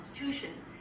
institutions